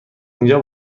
اینجا